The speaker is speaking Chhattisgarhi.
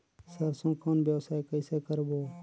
सरसो कौन व्यवसाय कइसे करबो?